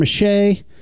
mache